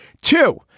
Two